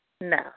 No